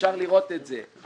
ואפשר לראות את זה,